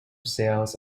sales